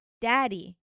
daddy